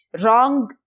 wrong